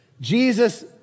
Jesus